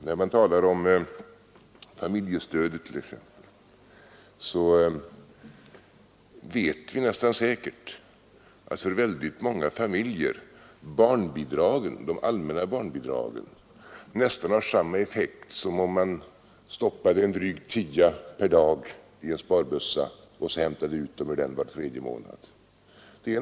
När man talar om familjestödet, t.ex., vet vi nästan säkert att för väldigt många familjer de allmänna barnbidragen nästan har samma effekt som om man stoppade en dryg tia per dag i en sparbössa och sedan hämtade ut pengarna ur den var tredje månad.